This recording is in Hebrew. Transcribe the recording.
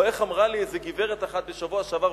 או איך אמרה לי איזה גברת אחת בשבוע שעבר,